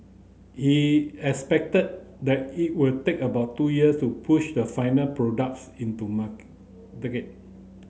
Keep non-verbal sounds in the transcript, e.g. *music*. he expected that it will take about two years to push the final products into mark *unintelligible*